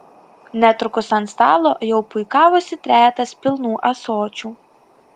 netrukus ant stalo jau puikavosi trejetas pilnų ąsočių